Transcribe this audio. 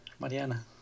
Mariana